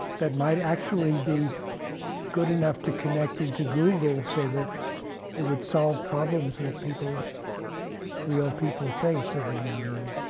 that might actually be good enough to connect into google so that it would solve problems that real people real people face every now and then.